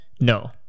No